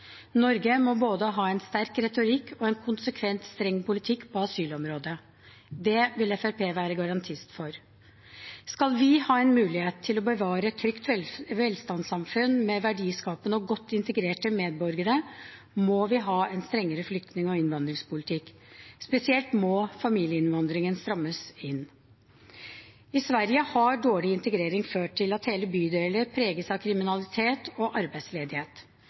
Norge må ha både en sterk retorikk og en konsekvent streng politikk på asylområdet. Det vil Fremskrittspartiet være garantist for. Skal vi ha en mulighet til å bevare et trygt velstandssamfunn med verdiskapende og godt integrerte medborgere, må vi ha en strengere flyktning- og innvandringspolitikk. Spesielt må familieinnvandringen strammes inn. I Sverige har dårlig integrering ført til at hele bydeler preges av kriminalitet og arbeidsledighet.